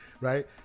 right